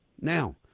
Now